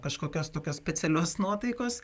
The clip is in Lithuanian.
kažkokios tokios specialios nuotaikos